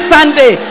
Sunday